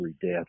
death